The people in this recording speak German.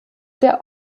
der